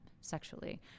sexually